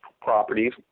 properties